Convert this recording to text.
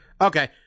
okay